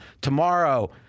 Tomorrow